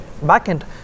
backend